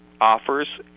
offers